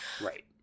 Right